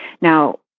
Now